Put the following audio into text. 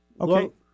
Okay